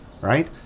right